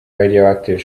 radioactive